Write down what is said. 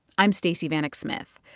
i'm stacey vanek smith,